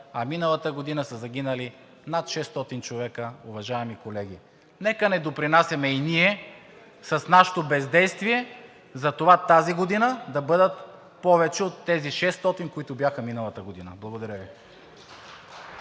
а миналата година са загинали над 600 човека, уважаеми колеги. Нека не допринасяме и ние с нашето бездействие за това тази година да бъдат повече от тези 600, които бяха миналата година. Благодаря Ви.